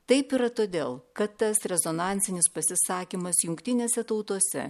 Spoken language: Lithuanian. taip yra todėl kad tas rezonansinis pasisakymas jungtinėse tautose